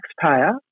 taxpayer